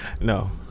no